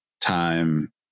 time